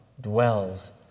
dwells